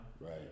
Right